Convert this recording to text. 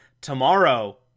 tomorrow